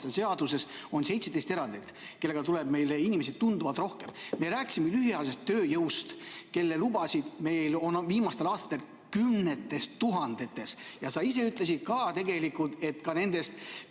seaduses on 17 erandit, mille alusel tuleb meile inimesi tunduvalt rohkem. Me rääkisime lühiajalisest töötamisest, mille lubasid meil on viimastel aastatel kümnetes tuhandetes, ja sa ise ütlesid ka tegelikult, et nendest